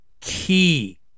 key